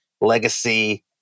legacy